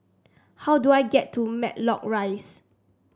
how do I get to Matlock Rise